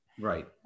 Right